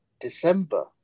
December